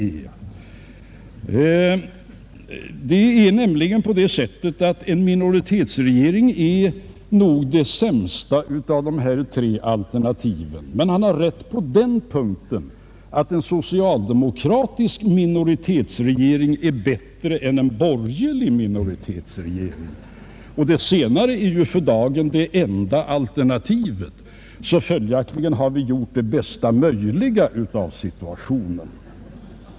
Det är mämligen så att en minoritetsregering nog är det sämsta av dessa tre alternativ. Men herr Helén har rätt så till vida att en socialdemokratisk minoritetsregering är bättre än en borgerlig sådan och det senare är ju för dagen det enda alternativet. Följaktligen har vi gjort det bästa möjliga av situationen.